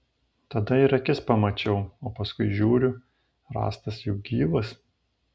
tada ir akis pamačiau o paskui žiūriu rąstas juk gyvas